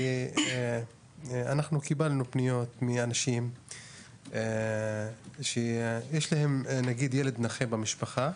אנחנו קיבלנו פניות מאנשים שיש להם ילד נכה במשפחה,